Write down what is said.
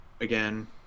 Again